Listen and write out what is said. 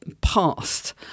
past